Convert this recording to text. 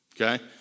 Okay